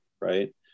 right